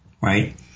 right